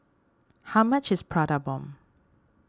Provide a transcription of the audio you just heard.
how much is Prata Bomb